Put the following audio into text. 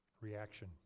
reaction